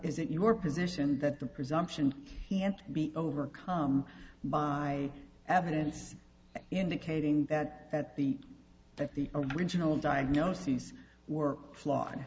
is it your position that the presumption can't be overcome by evidence indicating that at the that the original diagnoses were fl